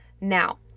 Now